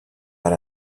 per